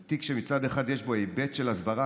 זה תיק שמצד אחד יש בו היבט של הסברה,